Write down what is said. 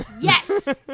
Yes